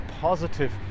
positive